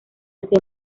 hace